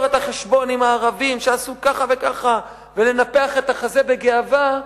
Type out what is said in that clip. את החשבון עם הערבים שעשו ככה וככה ולנפח את החזה בגאווה,